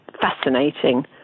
fascinating